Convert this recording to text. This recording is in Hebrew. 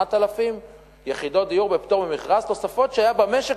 8,000 יחידות דיור בפטור ממכרז תוספות שהיו במשק,